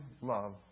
love